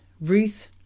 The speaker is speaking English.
Ruth